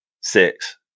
Six